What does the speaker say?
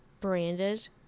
branded